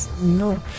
no